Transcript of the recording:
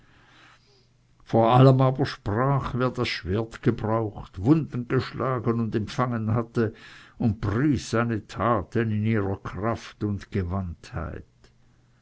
vor allem aber sprach wer das schwert gebraucht wunden geschlagen und empfangen hatte und pries seine taten in ihrer kraft und